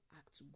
act